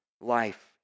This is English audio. life